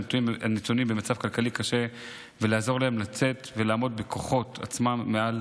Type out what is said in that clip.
הנתונים במצב כלכלי קשה ולעזור להם לצאת ולעמוד בכוחות עצמם מעל